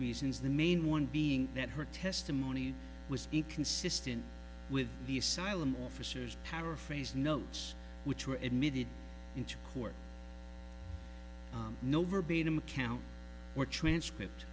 reasons the main one being that her testimony was be consistent with the asylum officers paraphrase notes which were admitted into court no verbatim account or transcript